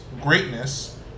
greatness